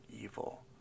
evil